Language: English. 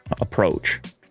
approach